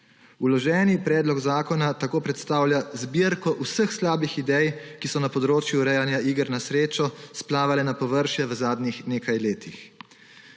Vloženi predlog zakona tako predstavlja zbirko vseh slabih idej, ki so na področju urejanja iger na srečo splavale na površje v zadnjih nekaj letih.